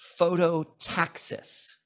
phototaxis